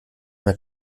mehr